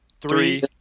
three